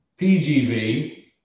PGV